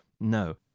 No